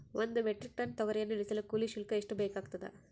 ಒಂದು metric tonne ತೊಗರಿಯನ್ನು ಇಳಿಸಲು ಕೂಲಿ ಶುಲ್ಕ ಎಷ್ಟು ಬೇಕಾಗತದಾ?